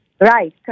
Right